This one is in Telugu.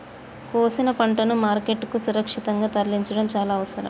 కోసిన పంటను మార్కెట్ కు సురక్షితంగా తరలించడం చాల అవసరం